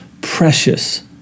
precious